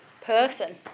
person